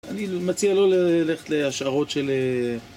אני מציע לא ללכת להשערות של...